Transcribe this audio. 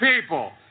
people